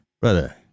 brother